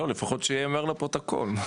לא, לפחות שיאמר לפרוטוקול.